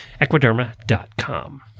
Equiderma.com